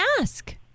ask